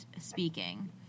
speaking